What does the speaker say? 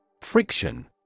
Friction